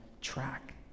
track